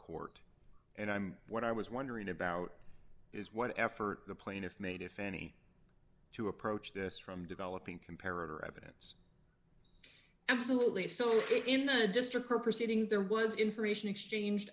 court and i'm what i was wondering about is what effort the plaintiff made if any to approach this from developing comparer evidence absolutely so in a district or proceedings there was information exchanged